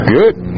good